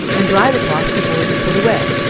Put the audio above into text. and dry the cloth before it is put away,